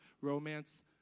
romance